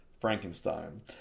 Frankenstein